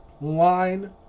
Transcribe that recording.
line